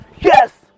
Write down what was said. Yes